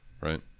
Right